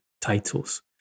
titles